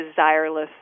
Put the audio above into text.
desireless